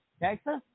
Texas